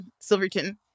Silverton